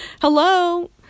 hello